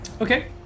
Okay